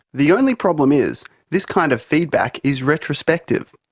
the only problem is, this kind of feedback is retrospective.